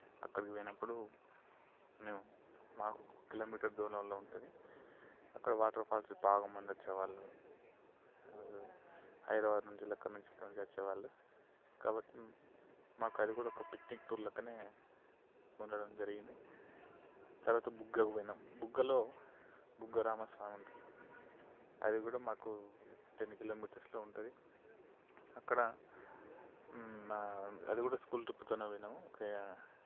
అక్కడికి పోయినప్పుడు నేను మాకు కిలోమీటర్ దూరంలో ఉంటుంది అక్కడ వాటర్ఫాల్స్ బాగా మంది వచ్చేవాళ్లు హైదరాబాద్ నుంచి లెక్కల నుంచి ఇక్కడి నుంచి వచ్చేవాళ్లు కాబట్టి మాకు అది కూడా ఒక పిక్నిక్ టూర్ లెక్కనే ఉండడం జరిగింది తర్వాత బుగ్గకి పోయినం బుగ్గలో బుగ్గ రామస్వామి ఉంటాడు అది కూడా మాకు టెన్ కిలోమీటర్స్లో ఉంటుంది అక్కడ అది కూడా స్కూల్ ట్రిప్తోనే పోయినాం ఒక